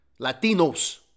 Latinos